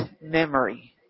memory